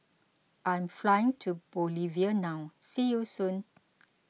I am flying to Bolivia now see you soon